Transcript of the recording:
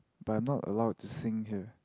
but I am not allowed to sing here